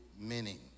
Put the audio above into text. meaning